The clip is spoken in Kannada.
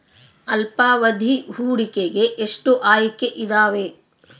ಅಲ್ಪಾವಧಿ ಹೂಡಿಕೆಗೆ ಎಷ್ಟು ಆಯ್ಕೆ ಇದಾವೇ?